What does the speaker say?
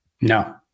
No